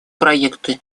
проекты